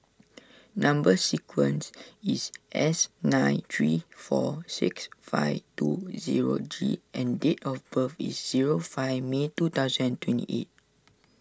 Number Sequence is S nine three four six five two zero G and date of birth is zero five May two thousand and twenty eight